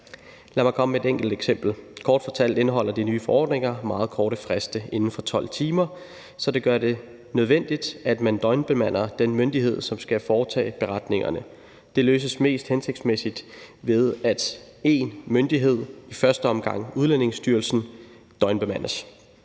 Lad mig komme med et enkelt eksempel. Kort fortalt indeholder de nye forordninger meget korte frister, inden for 12 timer, så det gør det nødvendigt, at man døgnbemander den myndighed, som skal foretage indberetningerne. Det løses mest hensigtsmæssigt, ved at én myndighed, i første omgang Udlændingestyrelsen, døgnbemandes.